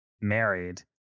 married